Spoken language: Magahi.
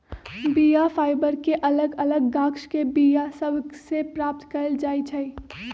बीया फाइबर के अलग अलग गाछके बीया सभ से प्राप्त कएल जाइ छइ